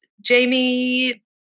Jamie